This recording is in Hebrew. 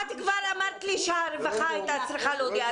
את כבר אמרת לי שהרווחה הייתה צריכה להודיע,